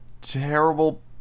terrible